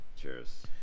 Cheers